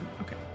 okay